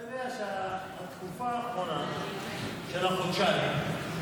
אתה יודע שבתקופה האחרונה של החודשיים,